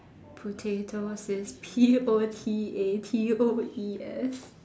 potatoes is P O T A T O E S